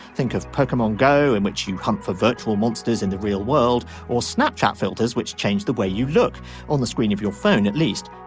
think of pokemon go in which you hunt for virtual monsters in the real world or snapchat filters which change the way you look on the screen of your phone at least.